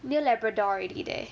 near labrador already there